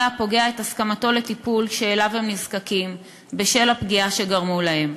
הפוגע את הסכמתו לטיפול שהם נזקקים לו בשל הפגיעה שגרמו להם.